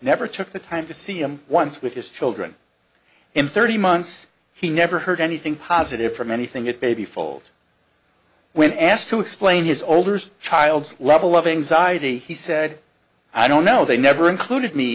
never took the time to see him once with his children in thirty months he never heard anything positive from anything it baby fold when asked to explain his olders child's level of anxiety he said i don't know they never included me